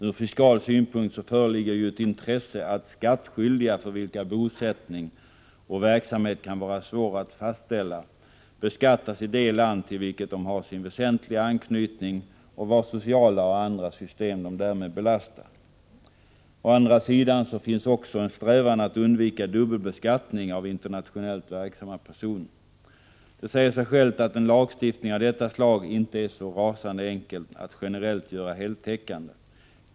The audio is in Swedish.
Ur fiskal synpunkt föreligger ju ett intresse av att skattskyldiga för vilka bosättning och verksamhet kan vara svår att fastställa beskattas i det land till vilket de har sin väsentliga anknytning och vars sociala och andra system de därmed belastar. Å andra sidan finns också en strävan att undvika dubbelbeskattning av internationellt verksamma personer. Det säger sig självt att det inte är så rasande enkelt att göra en lagstiftning av detta slag generellt heltäckande.